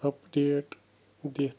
update دِتھ